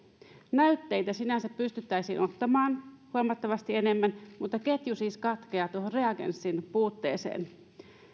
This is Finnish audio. näytteitä sinänsä pystyttäisiin ottamaan huomattavasti enemmän mutta ketju siis katkeaa tuohon reagenssin puutteeseen